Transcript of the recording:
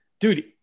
Dude